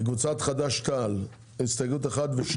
קבוצת יש עתיד, הסתייגויות 1-31,